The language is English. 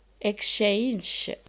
exchange